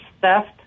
theft